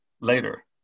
later